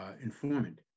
informant